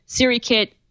SiriKit